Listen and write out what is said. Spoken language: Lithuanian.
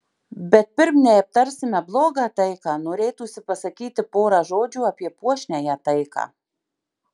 bet pirm nei aptarsime blogą taiką norėtųsi pasakyti porą žodžių apie puošniąją taiką